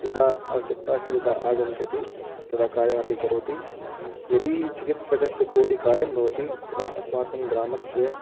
यदा आवश्यकता अस्ति तदा आगमिष्यति तदा कार्यम् अपि करोति यदि चिकित्सकस्य कोऽपि कार्यं भवति तदा अस्माकं ग्रामस्य